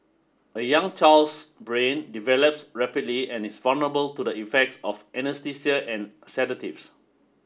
a young child's brain develops rapidly and is vulnerable to the effects of anaesthesia and sedatives